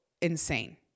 insane